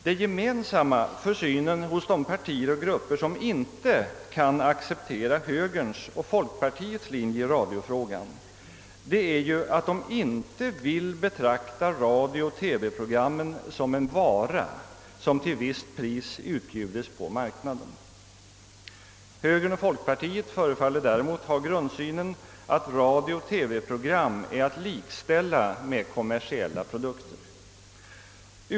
Det gemensamma för synen hos de partier och grupper, som inte vill acceptera högerns och folkpartiets linje i radiofrågan, är att de inte vill betrakta radiooch TV-programmen som en vara som till visst pris utbjuds på marknaden. Högern och folkpartiet förefaller däremot ha grundsynen att radiooch TV-program är att likställa med kommersiella produkter.